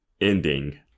ending